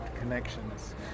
connections